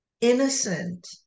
innocent